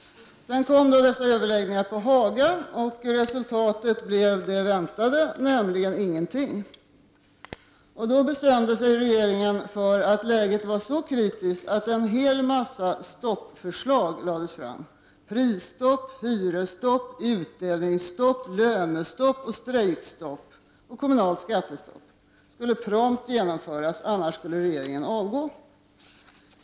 Sedan kom då överläggningarna på Haga. Resultatet blev det väntade, nämligen ingenting. Så bestämde sig regeringen för att läget var så kritiskt att en hel mängd stoppförslag lades fram. Prisstopp, hyresstopp, utdelningsstopp, lönestopp, strejkstopp och kommunalt skattestopp skulle prompt genomföras, annars skulle regeringen avgå.